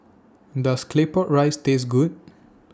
Does Claypot Rice Taste Good